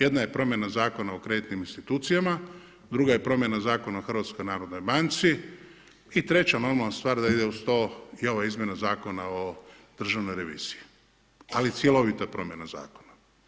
Jedna je promjena Zakona o kreditnim institucijama, druga je promjena Zakona o HNB-u, treća normalna stvar da ide uz to i ova izmjena Zakona o državnoj reviziji, ali cjelovita promjena zakona.